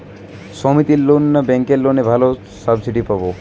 সমিতির লোন না ব্যাঙ্কের লোনে ভালো সাবসিডি পাব?